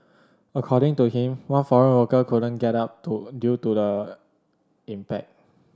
according to him one foreign worker couldn't get up to due to the impact